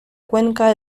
cuenca